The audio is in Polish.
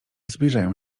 zbliżają